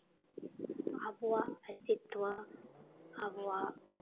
ᱟᱵᱚᱣᱟᱜ ᱚᱥᱛᱤᱛᱛᱚ ᱟᱵᱚᱣᱟᱜ